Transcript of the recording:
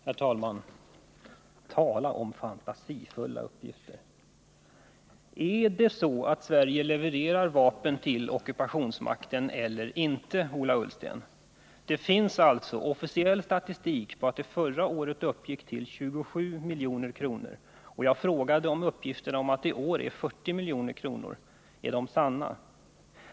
Herr talman! Tala om fantasifulla uppgifter! Levererar Sverige vapen till ockupationsmakten eller inte, Ola Ullsten? Det finns alltså officiell statistik på att vapenexporten förra året uppgick till 27 milj.kr., och jag frågade om uppgiften att den i år uppgått till 40 milj.kr. är sann.